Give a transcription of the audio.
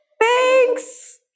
thanks